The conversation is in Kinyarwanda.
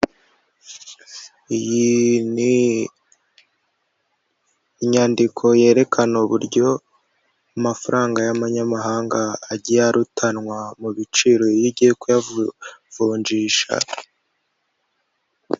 Iyi ni inyandiko yerekana uburyo amafaranga y'amanyamahanga agiye arutanwa mu biciro iyo ugiye kuyavunjisha.